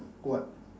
what